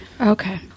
okay